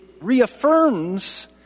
reaffirms